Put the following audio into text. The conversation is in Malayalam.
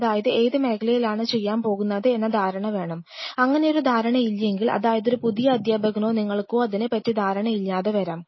അതായത് ഏത് മേഖലയിലാണ് ചെയ്യാൻ പോകുന്നത് എന്ന ധാരണ വേണം അങ്ങനെയൊരു ധാരണയില്ലെങ്കിൽ അതായത് ഒരു പുതിയ അധ്യാപകനോ നിങ്ങൾക്കോ അതിനെ പറ്റി ധാരണ ഇല്ലാതെ വരാം